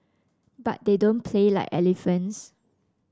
but they don't play like elephants